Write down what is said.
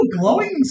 glowing